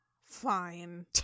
fine